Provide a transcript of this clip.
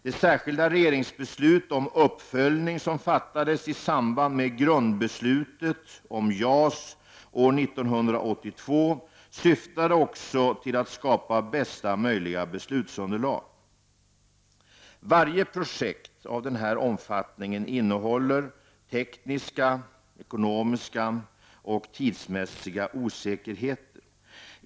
Det särskilda regeringsbeslut om uppföljning som fattades i samband med grundbeslutet om JAS år 1982 syftade också till att skapa bästa möjliga beslutsunderlag. Varje projekt av den här omfattningen innehåller tekniska, ekonomiska och tidsmässiga osäkerheter.